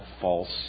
false